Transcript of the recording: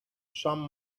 some